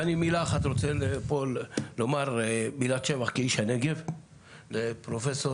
ואני רוצה לומר מילת שבח כאיש הנגב לפרופ'